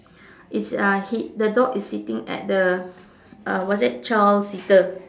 it's uh he the dog is sitting at the uh what's that child seater